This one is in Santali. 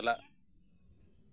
ᱪᱟᱞᱟᱜ